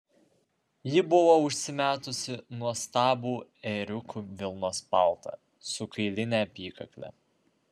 ji buvo užsimetusi nuostabų ėriukų vilnos paltą su kailine apykakle